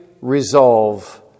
resolve